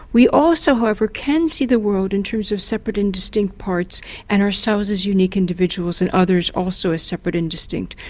we also however can see the world in terms of separate and distinct parts and ourselves as unique individuals and others also as separate and distinct,